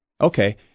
Okay